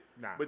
Nah